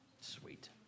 Sweet